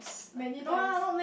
many times